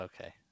okay